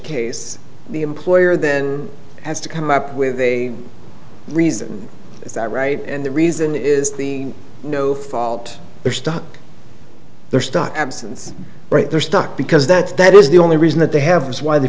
case the employer then has to come up with a reason is that right and the reason is the no fault they're stuck they're stuck absence right there stuck because that that is the only reason that they have is why they